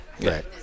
Right